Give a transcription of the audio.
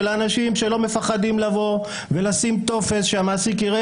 של אנשים שלא מפחדים לבוא ולשים טופס שהמעסיק יראה